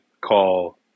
call